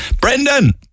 Brendan